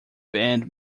band